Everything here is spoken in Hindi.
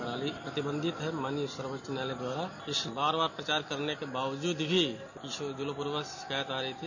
पराली प्रतिबंधित है माननीय सर्वोच्च न्यायालय द्वारा इस बार बार प्रचार करने के बावजूद भी जोहलपुरवां से शिकायत आ रही थी